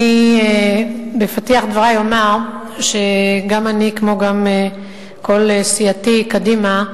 בפתיח דברי אומר שגם אני, כמו גם כל סיעתי קדימה,